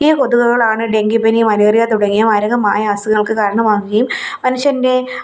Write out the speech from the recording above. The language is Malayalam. ഈ കൊതുകുകളാണ് ഡെങ്കിപ്പനി മലേറിയ തുടങ്ങിയ മാരകമായ അസുഖങ്ങൾക്ക് കാരണമാകുകയും മനുഷ്യൻ്റെ